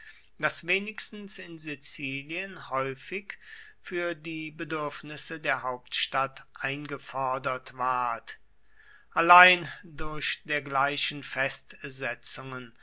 das wenigstens in sizilien häufig für die bedürfnisse der hauptstadt eingefordert ward allein durch dergleichen festsetzungen